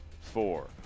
four